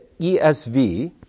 ESV